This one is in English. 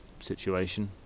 situation